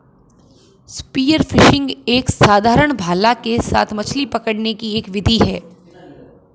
spear fishing एक साधारण भाला के साथ मछली पकड़ने की एक विधि है